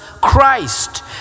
Christ